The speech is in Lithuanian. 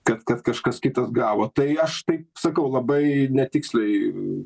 kad kad kažkas kitas gavo tai aš taip sakau labai netiksliai